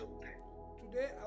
today